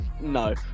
no